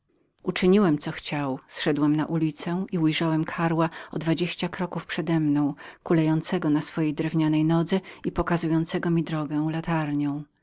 uczyniłem co chciał zszedłem na ulicę i widziałem karła o dwadzieścia kroków przedemną kulejącego na swojej drewnianej nodze i pokazującego mi drogę latarnią